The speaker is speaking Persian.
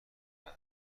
قرار